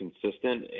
consistent